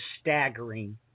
staggering